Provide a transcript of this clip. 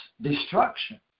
destruction